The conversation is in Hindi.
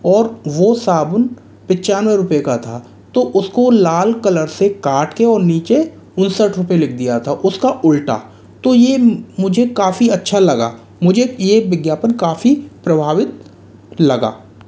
और वो साबुन पंचानवे रुपये का था तो उसको लाल कलर से काट कर और नीचे उनसठ रुपए लिख दिया था और उसका उल्टा तो यह मुझे काफ़ी अच्छा लगा मुझे यह विज्ञापन काफ़ी प्रभावित लगा